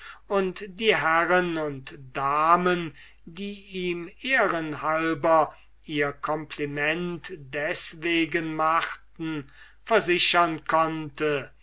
und die herren und damen die ihm ehren halben ihr compliment deswegen machten versichern konnte